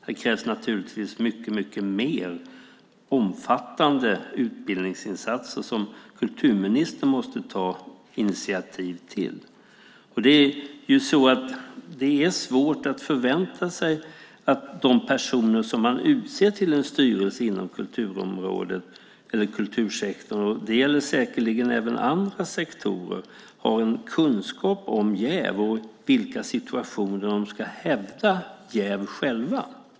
Det krävs naturligtvis mycket, mycket mer omfattande utbildningsinsatser som kulturministern måste ta initiativ till. Det är svårt att förvänta sig att de personer som man utser till en styrelse inom kultursektorn, och säkerligen även inom andra sektorer, har en kunskap om jäv och i vilka situationer de själva ska hävda jäv.